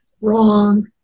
Wrong